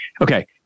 Okay